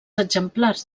exemplars